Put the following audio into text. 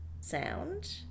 sound